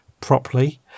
properly